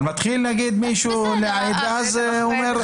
אבל נגיד מישהו מתחיל להעיד ואז הוא אומר.